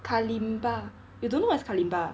kalimba you don't know what's kalimba